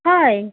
হয়